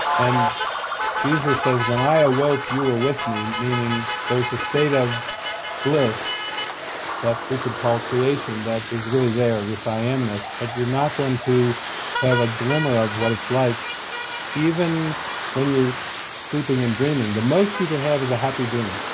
and jesus says, when i awoke, you were with me, meaning that there is a state of bliss that we can call creation, that is really there this i am-ness but you're not going to have a glimmer of what it's like even when you're sleeping and dreaming. the most you can have is a happy dream.